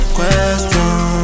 Question